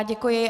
Děkuji.